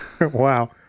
Wow